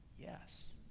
Yes